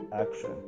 action